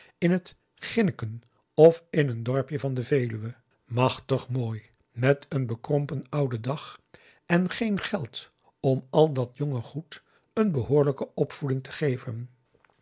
in het ginneken of in een dorpje van de veluwe machtig mooi met een bekrompen ouden dag en geen geld om al dat jonge goed een behoorlijke opvoeding te geven